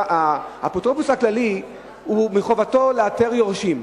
האפוטרופוס הכללי, מחובתו לאתר יורשים.